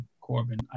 Corbin